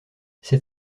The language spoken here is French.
ses